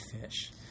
fish